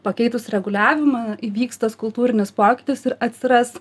pakeitus reguliavimą įvyks tas kultūrinis pokytis ir atsiras